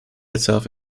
itself